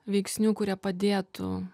veiksnių kurie padėtų